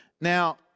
Now